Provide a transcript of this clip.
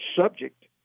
subject